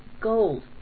gold